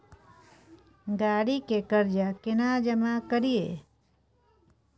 गाड़ी के कर्जा केना जमा करिए?